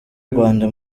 rwanda